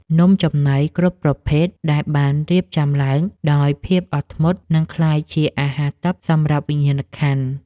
នំចំណីគ្រប់ប្រភេទដែលបានរៀបចំឡើងដោយភាពអត់ធ្មត់នឹងក្លាយជាអាហារទិព្វសម្រាប់វិញ្ញាណក្ខន្ធ។